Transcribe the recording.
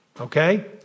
Okay